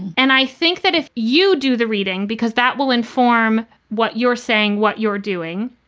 and i think that if you do the reading because that will inform what you're saying, what you're doing,